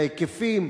להיקפים,